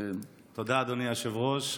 תודה, אדוני היושב-ראש.